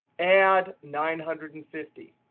add nine hundred and fifty